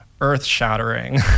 earth-shattering